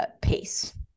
pace